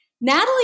Natalie